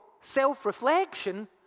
self-reflection